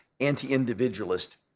anti-individualist